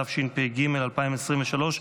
התשפ"ג 2023,